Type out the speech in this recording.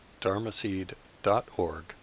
dharmaseed.org